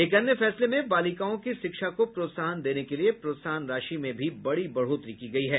एक अन्य फैसले में बालिकाओं की शिक्षा को प्रोत्साहन देने के लिए प्रोत्साहन राशि में भी बड़ी बढ़ोतरी की गयी है